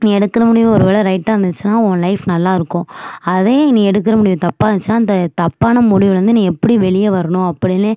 நீ எடுக்கிற முடிவு ஒரு வேள ரைட்டாக இருந்துச்சுன்னா உன் லைஃப் நல்லா இருக்கும் அதே நீ எடுக்கிற முடிவு தப்பாக இருந்துச்சுன்னா அந்த தப்பான முடிவில இருந்து நீ எப்படி வெளியே வரணும் அப்படின்னு